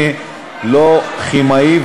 אני לא כימאי,